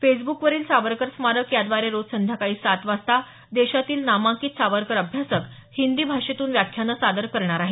फेसब्कवरील सावरकर स्मारक याद्वारे रोज संध्याकाळी सात वाजता देशातील नामांकित सावरकर अभ्यासक हिंदी भाषेतून व्याख्यानं सादर करणार आहेत